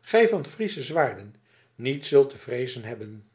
gij van friesche zwaarden niets zult te vreezen hebben